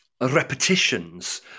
repetitions